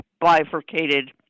bifurcated